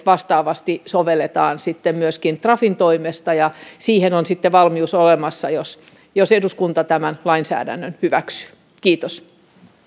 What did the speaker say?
vastaavasti sitten sovelletaan trafin toimesta siihen on sitten valmius olemassa jos jos eduskunta tämän lainsäädännön hyväksyy kiitos